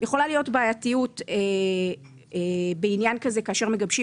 יכולה להיות בעייתיות בעניין כזה כאשר מגבשים